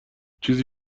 چیزی